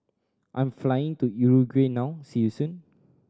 I'm flying to Uruguay now see you soon